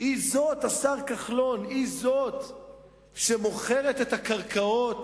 היא זאת, השר כחלון, היא זאת שמוכרת את הקרקעות